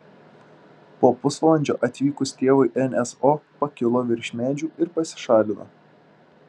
po pusvalandžio atvykus tėvui nso pakilo virš medžių ir pasišalino